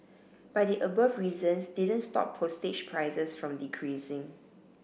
but the above reasons didn't stop postage prices from decreasing